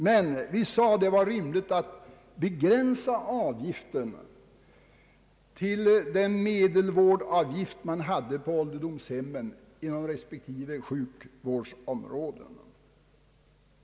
Vi tyckte att det var rimligt att begränsa avgiften till den medelvårdavgift som tillämpas på ålderdomshemmen inom respektive sjukvårdsområden.